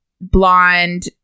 blonde